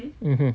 mmhmm